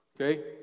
Okay